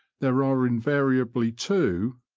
there are invariably two,